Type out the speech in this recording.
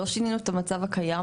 לא שינינו את המצב הקיים,